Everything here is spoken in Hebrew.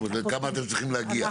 כלומר, לכמה אתם צריכים להגיע?